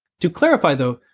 to clarify though,